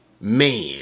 man